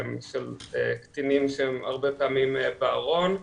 של קטינים שהם הרבה פעמים בארון.